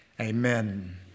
Amen